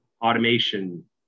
automation